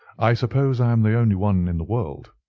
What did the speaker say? i suppose i am the only one in the world.